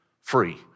free